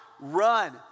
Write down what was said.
Run